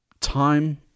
Time